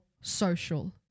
social